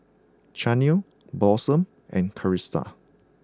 Chaney Blossom and Krista